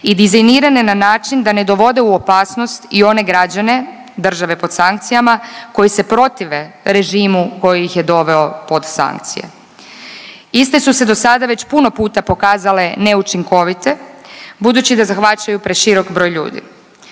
i dizajnirane na način da ne dovode u opasnost i one građane države pod sankcijama, koji se protive režimu koji ih je doveo pod sankcije. Iste su se do sada već puno puta pokazale neučinkovite budući da zahvaćaju preširok broj ljudi.